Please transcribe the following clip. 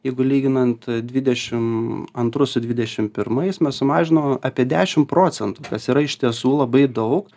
jeigu lyginant dvidešim antrus su dvidešim pirmais mes sumažino apie dešim procentų kas yra iš tiesų labai daug